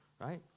right